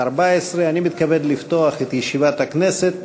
2014. אני מתכבד לפתוח את ישיבת הכנסת.